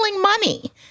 money